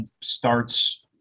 starts